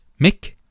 Mick